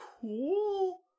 Cool